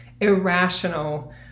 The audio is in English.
irrational